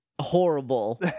horrible